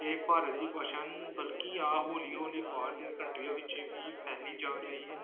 ਇਹ ਭਾਰਤ ਦੀ ਭਾਸ਼ਾ ਹਨ ਬਲਕਿ ਆਹ ਹੌਲੀ ਹੌਲੀ ਬਾਹਰ ਦੀਆਂ ਕੰਟਰੀਆਂ ਵਿੱਚ ਵੀ ਫੈਲੀ ਜਾ ਰਹੀ ਹਨ